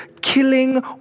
killing